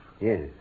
Yes